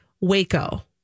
Waco